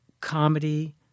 comedy